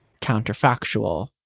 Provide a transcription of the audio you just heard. counterfactual